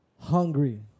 hungry